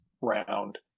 round